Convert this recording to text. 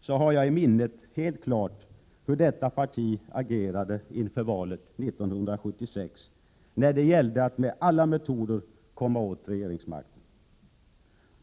så har jag i minnet helt klart hur detta parti agerade inför valet 1976, när det gällde att med alla metoder komma åt regeringsmakten.